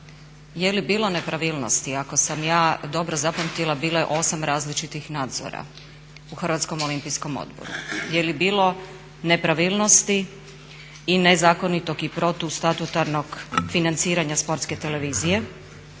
je li bilo nepravilnosti, ako sam ja dobro zapamtila, bilo je 8 različitih nadzora u Hrvatskom olimpijskom odboru, je li bilo nepravilnosti i nezakonitog i protustatutarnog financiranja sportske televizije?